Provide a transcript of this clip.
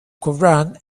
koran